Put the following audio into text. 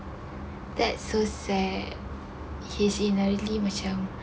like so sad he's in rally macam